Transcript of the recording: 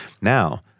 Now